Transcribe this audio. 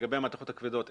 לגבי המתכות הכבדות,